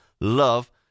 love